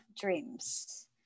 dreams